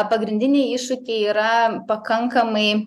pagrindiniai iššūkiai yra pakankamai